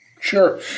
Sure